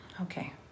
okay